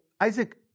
Isaac